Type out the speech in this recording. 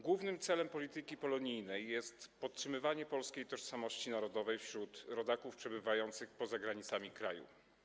Głównym celem polityki polonijnej jest podtrzymywanie polskiej tożsamości narodowej wśród rodaków przebywających poza granicami kraju.